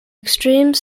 extreme